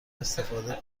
استفاده